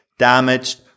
damaged